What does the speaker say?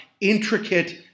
intricate